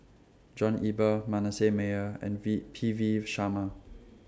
John Eber Manasseh Meyer and V P V Sharma